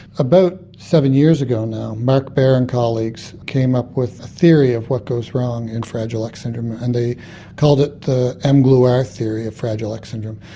about seven years ago now mark bear and colleagues came up with a theory of what goes wrong in fragile x syndrome and they called it the mglur theory of fragile x syndrome,